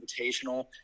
Invitational